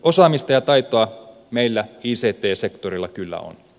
osaamista ja taitoa meillä ict sektorilla kyllä on